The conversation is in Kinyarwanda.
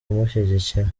kumushyigikira